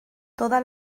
toda